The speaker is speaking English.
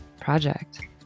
project